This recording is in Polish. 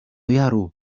jaru